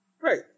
Right